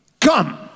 come